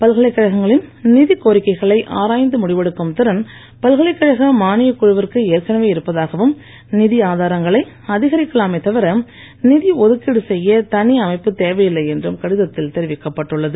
பல்கலைக்கழகங்களின் நிதிக் கோரிக்கைகளை ஆராய்ந்து முடிவெடுக்கும் திறன் பல்கலைக்கழக மானியக் குழுவிற்கு ஏற்கனவே இருப்பதாகவும் நிதி ஆதாரங்களை அதிகரிக்கலாமே தவிர நிதி ஒதுக்கிடு செய்ய தனி அமைப்பு தேவையில்லை என்றும் கடிதத்தில் தெரிவிக்கப்பட்டு உள்ளது